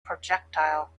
projectile